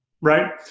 right